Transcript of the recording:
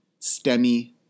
STEMI